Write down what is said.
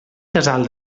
casal